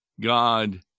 God